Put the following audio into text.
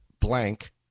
blank